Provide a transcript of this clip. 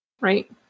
Right